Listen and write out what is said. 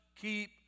keep